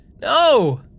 No